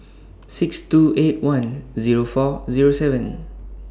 six two eight one Zero four Zero seven